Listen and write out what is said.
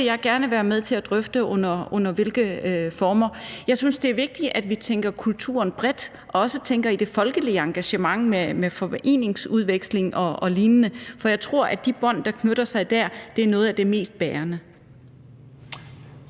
jeg vil gerne være med til at drøfte, under hvilke former det kan ske. Jeg synes, det er vigtigt, at vi tænker kulturen bredt, også tænker i det folkelige engagement med foreningsudveksling og lignende, for jeg tror, at de bånd, der knytter sig der, er nogle af de mest bærende.